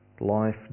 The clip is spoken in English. life